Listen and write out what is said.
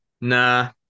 Nah